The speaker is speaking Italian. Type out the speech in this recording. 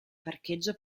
parcheggio